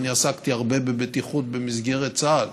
ואני עסקתי הרבה בבטיחות במסגרת צה"ל,